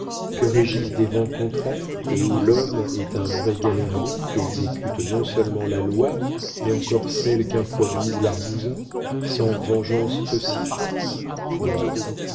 que régissent des vents contraires et où l'homme est un vrai galérien qui exécute non-seulement la loi mais encore celle qu'improvise l'argousin sans vengeance possible pouah